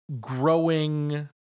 growing